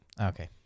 Okay